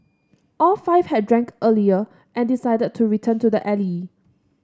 all five had drank earlier and decided to return to the alley